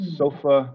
sofa